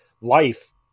life